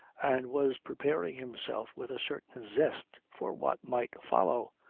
and was preparing himself with a certain zest for what might follow,